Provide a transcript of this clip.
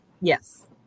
Yes